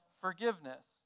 forgiveness